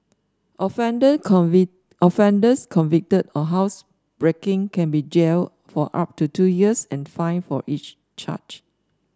offender offenders convicted of housebreaking can be jailed for up to two years and fined for each charge